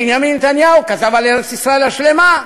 בנימין נתניהו כתב על ארץ-ישראל השלמה,